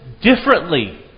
differently